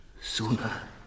Sooner